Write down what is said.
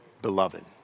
beloved